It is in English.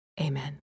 Amen